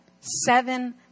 seven